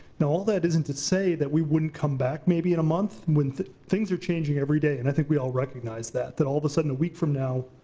now all that isn't to say that we wouldn't come back, maybe in a month, when things are changing everyday. and i think we all recognize that. that all of a sudden a week from now,